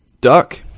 Duck